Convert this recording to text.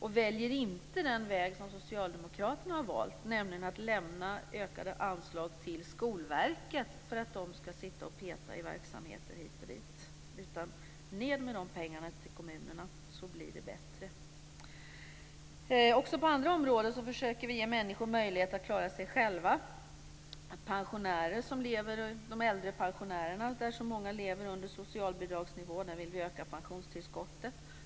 Vi väljer inte den väg som socialdemokraterna har valt, nämligen att lämna ökade anslag till Skolverket för att verket ska peta i verksamheter hit och dit. Ned med de pengarna till kommunerna så blir det bättre! Också på andra områden försöker vi ge människor möjlighet att klara sig själva. För de äldre pensionärerna, varav så många lever under socialbidragsnivå, vill vi öka pensionstillskottet.